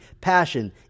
passion